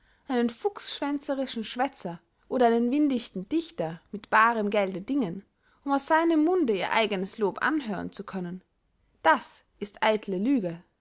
einen fuchsschwänzerischen schwätzer oder einen windichten dichter mit baarem gelde dingen um aus seinem munde ihr eigenes lob anhören zu können das ist eitele lügen